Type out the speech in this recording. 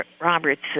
Roberts